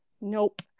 nope